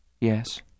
Yes